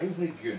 האם זה הגיוני